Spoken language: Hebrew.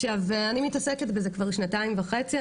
אני מתעסקת בזה כבר שנתיים וחצי,